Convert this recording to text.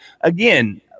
again